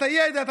את הידע,